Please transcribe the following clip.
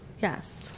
Yes